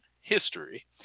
history